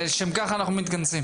לשם כך אנחנו מתכנסים.